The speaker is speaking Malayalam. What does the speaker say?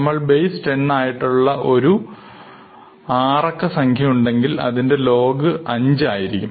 നമുക്ക് ബേസ് 10 ആയിട്ടുള്ള ഉള്ള ഒരു ആറക്ക സംഖ്യ ഉണ്ടെങ്കിൽ അതിൻറെ log 5 ആയിരിക്കും